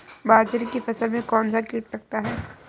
बाजरे की फसल में कौन सा कीट लगता है?